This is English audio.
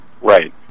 Right